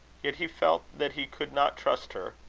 yet he felt that he could not trust her.